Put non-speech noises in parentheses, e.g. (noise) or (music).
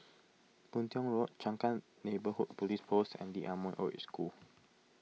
Boon Tiong Road Changkat Neighbourhood Police Post (noise) and Lee Ah Mooi Old Age School